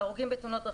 הרוגים בתאונות דרכים).